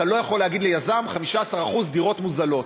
אתה לא יכול להגיד ליזם 15% דירות מוזלות.